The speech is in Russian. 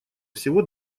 всего